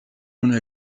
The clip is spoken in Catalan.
una